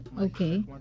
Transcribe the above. Okay